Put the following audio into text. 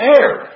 air